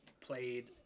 played